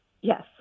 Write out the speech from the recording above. Yes